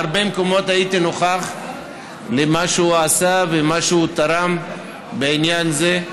בהרבה מקומות נוכחתי במה שהוא עשה ובמה שהוא תרם בעניין זה,